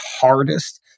hardest